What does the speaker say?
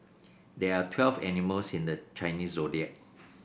there are twelve animals in the Chinese Zodiac